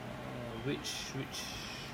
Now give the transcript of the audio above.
err which which